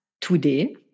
today